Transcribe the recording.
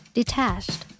detached